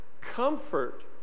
Comfort